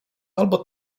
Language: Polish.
albo